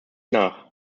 nach